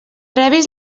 rebis